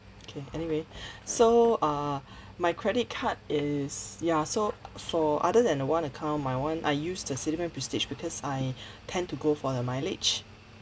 K anyway so err my credit card is ya so for other than the one account my [one] I use the Citibank prestige because I tend to go for the mileage